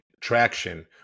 traction